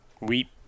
Weep